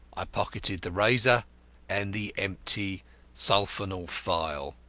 i pocketed the razor and the empty sulfonal phial.